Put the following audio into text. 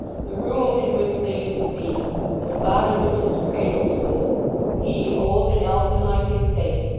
the room in which they used to be the spot in which his cradle stood he, old and elfin-like in face,